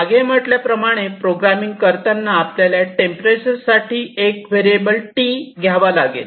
मागे म्हटल्याप्रमाणे प्रोग्रामिंग करताना आपल्याला टेम्परेचर साठी एक व्हेरिएबल T घ्यावा लागेल